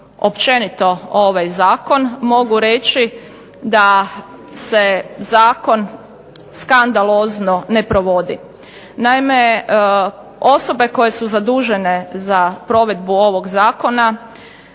općenito ovaj zakon mogu reći da se zakon skandalozno ne provodi. Naime, osobe koje su zadužene za provedbu ovog zakona